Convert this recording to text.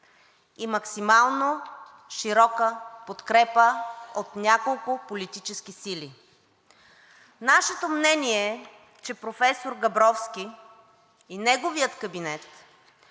и максимално широка подкрепа от няколко политически сили. Нашето мнение е, че професор Габровски и неговият кабинет